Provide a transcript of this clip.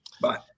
Bye